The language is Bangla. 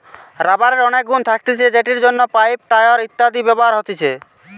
রাবারের অনেক গুন্ থাকতিছে যেটির জন্য পাইপ, টায়র ইত্যাদিতে ব্যবহার হতিছে